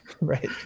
Right